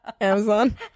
Amazon